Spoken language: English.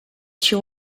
two